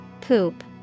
Poop